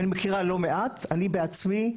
אני בעצמי,